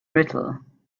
brittle